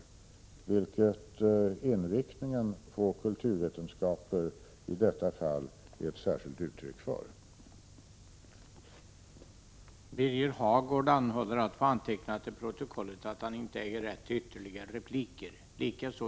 Inriktningen på kulturvetenskapen är i detta fall ett särskilt uttryck för detta.